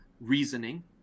reasoning